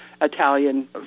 Italian